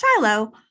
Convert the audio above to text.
Shiloh